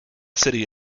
city